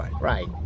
right